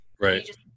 Right